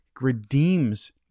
redeems